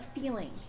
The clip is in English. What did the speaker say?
feeling